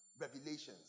revelations